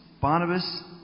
Barnabas